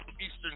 Eastern